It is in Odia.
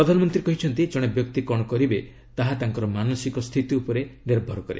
ପ୍ରଧାନମନ୍ତ୍ରୀ କହିଛନ୍ତି ଜଣେ ବ୍ୟକ୍ତି କ'ଣ କରିବେ ତାହା ତାଙ୍କର ମାନସିକ ସ୍ଥିତି ଉପରେ ନିର୍ଭର କରେ